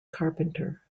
carpenter